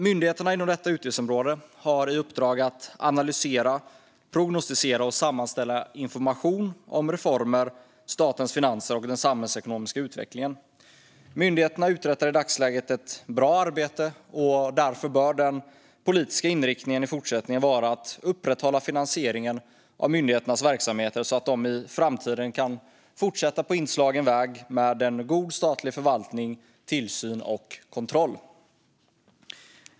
Myndigheterna inom detta utgiftsområde har i uppdrag att analysera, prognostisera och sammanställa information om reformer, statens finanser och den samhällsekonomiska utvecklingen. Myndigheterna uträttar i dagsläget ett bra arbete, och därför bör den politiska inriktningen i fortsättningen vara att upprätthålla finansieringen av myndigheternas verksamheter så att de i framtiden kan fortsätta på inslagen väg med en god statlig förvaltning, tillsyn och kontroll.